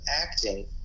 acting